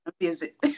visit